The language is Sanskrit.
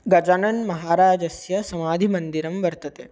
गजाननमहाराजस्य समाधिमन्दिरं वर्तते